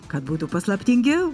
kad būtų paslaptingiau